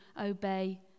obey